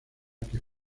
que